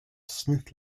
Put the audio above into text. smith